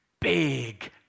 big